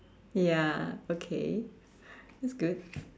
ya okay that's good